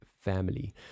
family